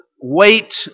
weight